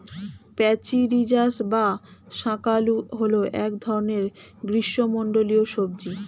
প্যাচিরিজাস বা শাঁকালু হল এক ধরনের গ্রীষ্মমণ্ডলীয় সবজি